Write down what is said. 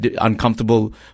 uncomfortable